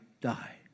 die